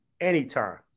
anytime